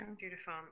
beautiful